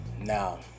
Now